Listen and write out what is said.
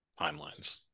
timelines